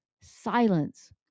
silence